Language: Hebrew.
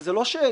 זה לא שאלה.